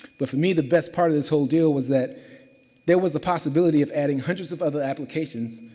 but for me, the best part of this whole deal was that there was the possibility of adding hundreds of other applications,